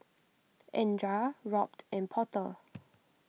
andra Robt and Porter